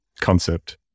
concept